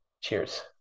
Cheers